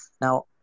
Now